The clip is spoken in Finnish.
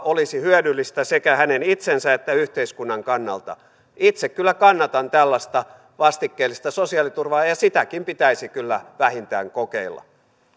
olisi hyödyllistä sekä hänen itsensä että yhteiskunnan kannalta itse kyllä kannatan tällaista vastikkeellista sosiaaliturvaa ja sitäkin pitäisi kyllä vähintään kokeilla